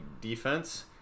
defense